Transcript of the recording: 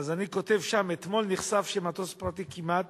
היא מ-22 ביוני 2011, נחשף שמטוס פרטי כמעט